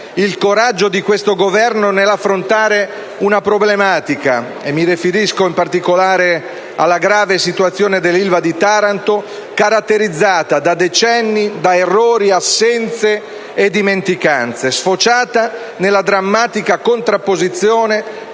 il coraggio di questo Governo nell'affrontare una problematica - e mi riferisco in particolare alla grave situazione dell'Ilva di Taranto - caratterizzata da decenni di errori, assenze e dimenticanze e sfociata nella drammatica contrapposizione